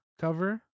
cover